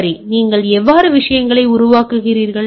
சரி நீங்கள் எவ்வாறு விஷயங்களை உருவாக்குகிறீர்கள்